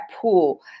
pool